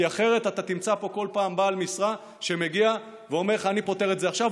כי אחרת תמצא פה כל פעם בעל משרה שמגיע ואומר לך: אני פותר את זה עכשיו,